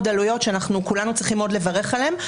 עלויות שכולנו צריכים מאוד לברך עליהם,